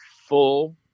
full